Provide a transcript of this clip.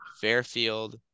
Fairfield